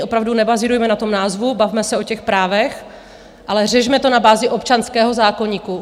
Opravdu nebazírujme na tom názvu, bavme se o těch právech, ale řešme to na bázi občanského zákoníku.